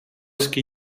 ski